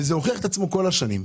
וזה הוכיח את עצמו במשך כל השנים.